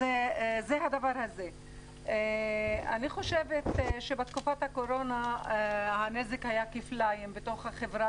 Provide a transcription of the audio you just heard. אני חושבת שבתקופת הקורונה הנזק היה כפליים בתוך החברה,